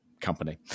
company